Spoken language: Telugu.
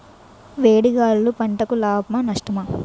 వేడి గాలులు పంటలకు లాభమా లేక నష్టమా?